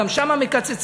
גם שם מקצצים.